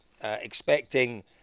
expecting